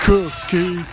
Cookie